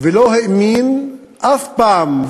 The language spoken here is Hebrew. ולא האמין אף פעם,